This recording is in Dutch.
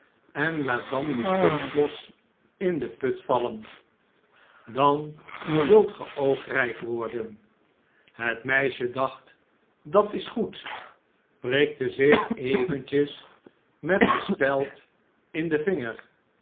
en laat dan je spinklos in den put vallen dan zult ge ook rijk worden het meisje dacht dat is goed prikte zich eventjes met een speld in den vinger